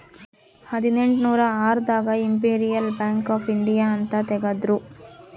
ಹದಿನೆಂಟನೂರ ಆರ್ ದಾಗ ಇಂಪೆರಿಯಲ್ ಬ್ಯಾಂಕ್ ಆಫ್ ಇಂಡಿಯಾ ಅಂತ ತೇಗದ್ರೂ